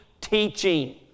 teaching